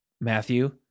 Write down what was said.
Matthew